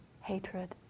hatred